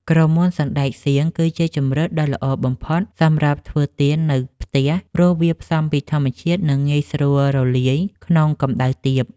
ក្រមួនសណ្ដែកសៀង គឺជាជម្រើសដ៏ល្អបំផុតសម្រាប់ធ្វើទៀននៅផ្ទះ ព្រោះវាផ្សំពីធម្មជាតិ និងងាយស្រួលរលាយក្នុងកម្ដៅទាប។